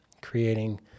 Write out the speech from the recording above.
creating